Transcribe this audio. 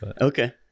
Okay